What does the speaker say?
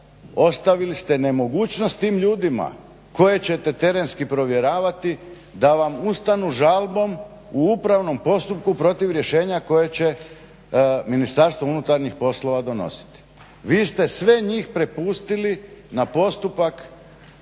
ostavili ste nemogućnost tim ljudima koje ćete terenski provjeravati da vam ustanu žalbom u upravnom postupku protiv rješenja koje će Ministarstvo unutarnjih poslova donositi. Vi ste sve njih prepustili na postupak